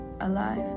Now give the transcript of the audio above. alive